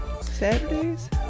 saturdays